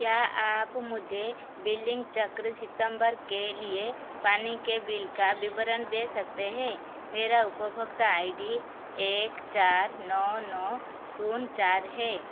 क्या आप मुझे बिलिंग चक्र सितंबर के लिए पानी के बिल का विवरण दे सकते हैं मेरा उपभोक्ता आई डी एक चार नौ नौ शून्य चार है